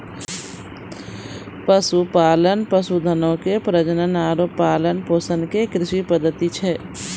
पशुपालन, पशुधनो के प्रजनन आरु पालन पोषण के कृषि पद्धति छै